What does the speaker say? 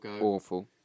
awful